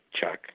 Chuck